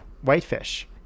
Whitefish